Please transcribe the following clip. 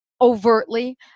overtly